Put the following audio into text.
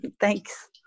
Thanks